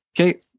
okay